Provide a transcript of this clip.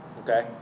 okay